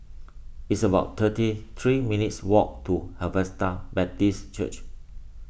it's about thirty three minutes' walk to Harvester Baptist Church